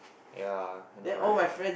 ya I know right